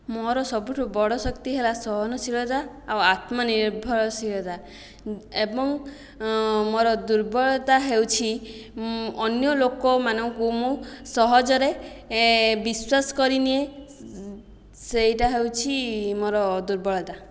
ମୋର ସବୁଠୁ ବଡ଼ ଶକ୍ତି ହେଲା ସହନଶୀଳତା ଆଉ ଆତ୍ମନିର୍ଭରଶୀଳତା ଏବଂ ମୋର ଦୁର୍ବଳତା ହେଉଛି ଅନ୍ୟଲୋକମାନଙ୍କୁ ମୁଁ ସହଜରେ ବିଶ୍ଵାସ କରିନିଏ ସେଇଟା ହେଉଛି ମୋର ଦୁର୍ବଳତା